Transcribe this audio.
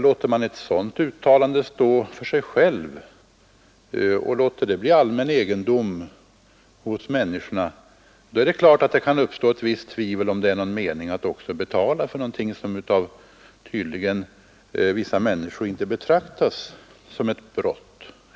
Låter man ett sådant uttalande stå för sig självt och bli allmän egendom hos människorna, då är det klart att det kan uppstå ett visst tvivel om huruvida det är någon mening att betala för något som tydligen av vissa människor inte betraktas som ett brott.